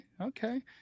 okay